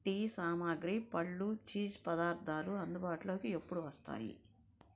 tea సామాగ్రి పళ్ళు cheese పదార్థాలు అందుబాటులోకి ఎప్పుడు వస్తాయి